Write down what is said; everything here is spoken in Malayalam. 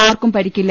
ആർക്കും പരിക്കില്ല